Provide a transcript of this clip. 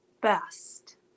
best